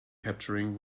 capturing